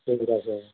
ঠিক আছে